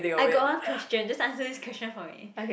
I got one question just answer this question for me